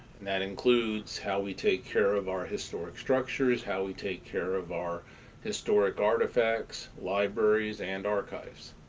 and that includes how we take care of our historic structures, how we take care of our historic artifacts, libraries and archives.